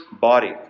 body